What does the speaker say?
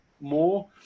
more